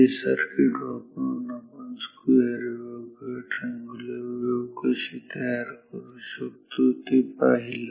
हे सर्किट वापरून आपण स्क्वेअर वेव्ह किंवा ट्रंगुलर वेव्ह कशी तयार करू शकतो ते पाहिलं